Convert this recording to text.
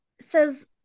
says